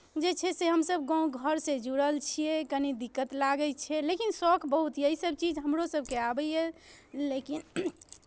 जे छै से हमसभ गाँव घरसँ जुड़ल छियै कनि दिक्कत लागै छै लेकिन शौक बहुत यए ईसभ चीज हमरोसभके आबैए लेकिन